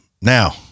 Now